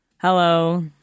Hello